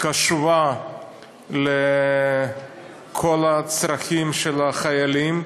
היא קשובה לכל הצרכים של החיילים,